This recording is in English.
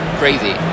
crazy